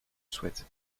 souhaite